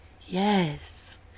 yes